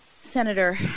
Senator